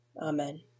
Amen